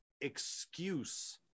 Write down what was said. excuse